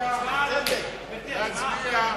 להצביע.